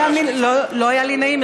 לא היה לי נעים,